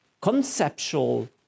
conceptual